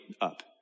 up